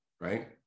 right